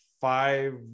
five